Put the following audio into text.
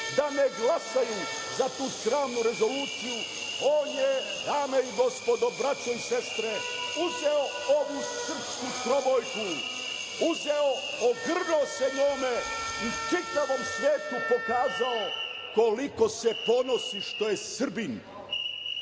da ne glasaju za tu sramnu rezoluciju, on je, dame i gospodo, braćo i sestre, uzeo ovu srpsku trobojku, uzeo, ogrnuo se njome i čitavom svetu pokazao koliko se ponosi što je Srbin.